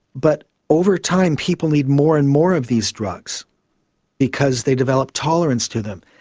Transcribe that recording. but over time people need more and more of these drugs because they develop tolerance to them,